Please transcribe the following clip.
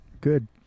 Good